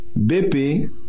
BP